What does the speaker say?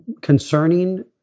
concerning